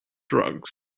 drugs